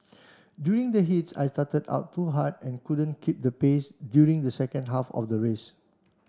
during the heats I started out too hard and couldn't keep the pace during the second half of the race